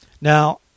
now